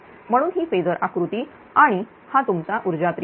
म्हणून ही फेजर आकृती आणि हा तुमचा ऊर्जा त्रिकोण